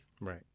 Right